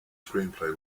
screenplay